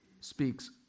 speaks